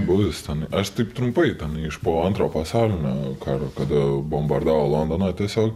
bus ten aš taip trumpai ten iš po antrojo pasaulinio karo kada bombardavo londoną tiesiog